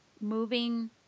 moving